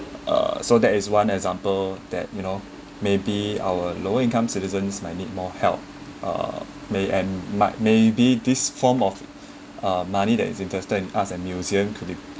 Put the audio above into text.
uh so that is one example that you know maybe our lower-income citizens might need more help uh may and might maybe this form of uh money that is invested in art and museum could be